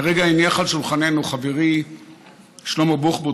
כרגע הניח על שולחננו חברי שלמה בוחבוט,